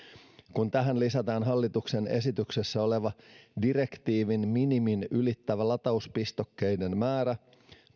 kun tähän lisätään hallituksen esityksessä oleva direktiivin minimin ylittävä latauspistokkeiden määrä